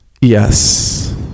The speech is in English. Yes